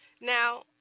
Now